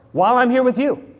while i'm here with you.